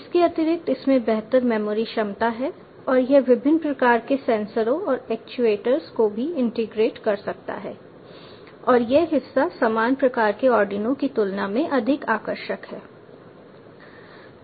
इसके अतिरिक्त इसमें बेहतर मेमोरी क्षमता है और यह विभिन्न प्रकार के सेंसरों और एक्ट्यूएटर्स को भी इंटीग्रेट कर सकता है और यह हिस्सा समान प्रकार के आर्डिनो की तुलना में अधिक आकर्षक है